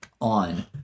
on